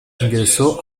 ingresó